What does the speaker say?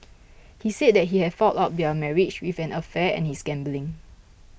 he said that he had fouled up their marriage with an affair and his gambling